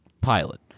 Pilot